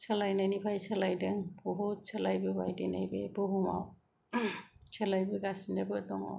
सोलाय नायनिफ्राय सोलायदों बुहुद सोलायबोबाय दिनै बे बुहुमाव सोलायबोगासिनो बो दङ